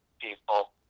people